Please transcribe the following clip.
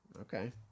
Okay